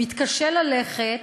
מתקשה ללכת.